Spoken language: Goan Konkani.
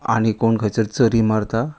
आनी कोण खंयसर चरी मारता